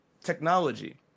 technology